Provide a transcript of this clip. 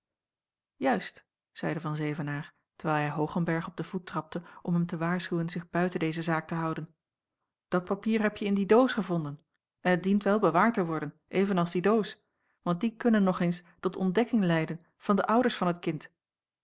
juist zeide van zevenaer terwijl hij oogenberg op den voet trapte om hem te waarschuwen zich buiten deze zaak te houden dat papier hebje in die doos gevonden en het dient wel bewaard te worden even als die doos want die kunnen nog eens tot ontdekking leiden van de ouders van het kind